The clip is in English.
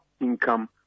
income